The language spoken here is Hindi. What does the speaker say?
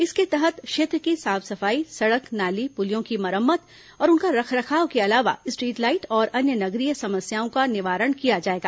इसके तहत क्षेत्र की साफ सफाई सड़क नाली पुलियों की मरम्मत और उनका रखरखाव के अलावा स्ट्रीट लाइट और अन्य नगरीय समस्याओं का निवारण किया जाएगा